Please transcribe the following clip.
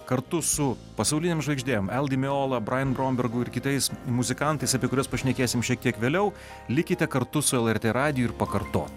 kartu su pasaulinėm žvaigždėm el dimeola brajan brombergu ir kitais muzikantais apie kuriuos pašnekėsim šiek tiek vėliau likite kartu su lrt radiju ir pakartot